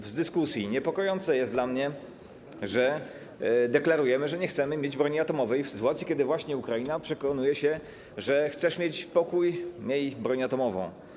W dyskusji niepokojące jest dla mnie to, że deklarujemy, że nie chcemy mieć broni atomowej, w sytuacji kiedy właśnie Ukraina przekonuje się, że chcesz mieć pokój, miej broń atomową.